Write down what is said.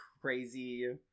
crazy